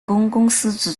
公司